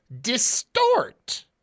distort